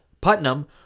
putnam